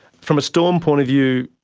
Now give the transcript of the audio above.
from a storm point of view,